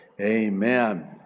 Amen